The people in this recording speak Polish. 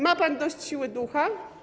Ma pan dość siły ducha?